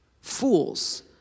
fools